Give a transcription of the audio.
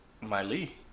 Miley